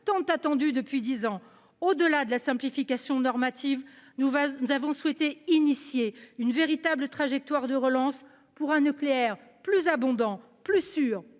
tant attendu depuis plus de dix ans. Au-delà de la simplification normative, nous avons souhaité dessiner une véritable trajectoire de relance, pour un nucléaire plus abondant, plus sûr,